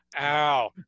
Ow